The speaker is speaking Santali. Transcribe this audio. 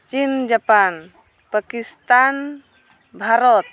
ᱪᱤᱱ ᱡᱟᱯᱟᱱ ᱯᱟᱹᱠᱤᱥᱛᱷᱟ ᱵᱷᱟᱨᱚᱛ